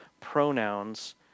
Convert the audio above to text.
pronouns